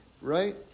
right